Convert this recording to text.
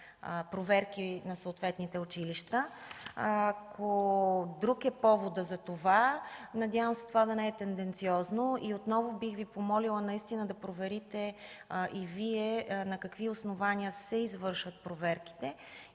проверките на съответните училища? Ако друг е поводът за това, надявам се да не е тенденциозно. Отново бих Ви помолила наистина да проверите и Вие на какви основания се извършват проверките